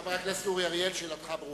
חבר הכנסת אורי אריאל, שאלתך ברורה.